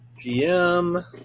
GM